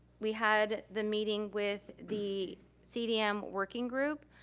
we had the meeting with the cdm working group,